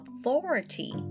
authority